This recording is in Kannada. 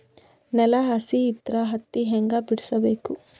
ನೆಲ ಹಸಿ ಇದ್ರ ಹತ್ತಿ ಹ್ಯಾಂಗ ಬಿಡಿಸಬೇಕು?